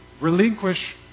relinquish